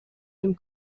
dem